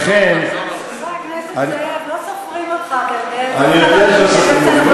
חבר הכנסת זאב, לא סופרים אותך, אתה יודע את זה.